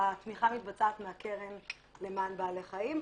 התמיכה מתבצעת מהקרן למען בעלי חיים.